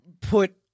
put